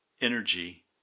energy